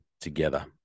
together